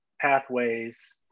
pathways